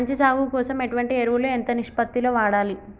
మంచి సాగు కోసం ఎటువంటి ఎరువులు ఎంత నిష్పత్తి లో వాడాలి?